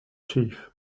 chief